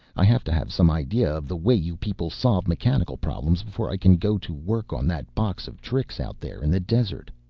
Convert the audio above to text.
i have to have some idea of the way you people solve mechanical problems before i can go to work on that box of tricks out there in the desert.